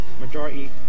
Majority